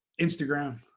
instagram